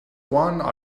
one